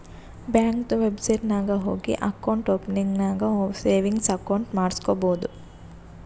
ಬ್ಯಾಂಕ್ದು ವೆಬ್ಸೈಟ್ ನಾಗ್ ಹೋಗಿ ಅಕೌಂಟ್ ಓಪನಿಂಗ್ ನಾಗ್ ಸೇವಿಂಗ್ಸ್ ಅಕೌಂಟ್ ಮಾಡುಸ್ಕೊಬೋದು